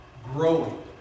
Growing